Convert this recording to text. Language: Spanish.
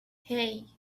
hey